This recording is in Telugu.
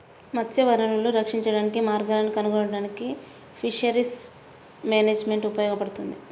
మత్స్య వనరులను రక్షించడానికి మార్గాలను కనుగొనడానికి ఫిషరీస్ మేనేజ్మెంట్ ఉపయోగపడుతుంది